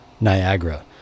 Niagara